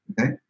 Okay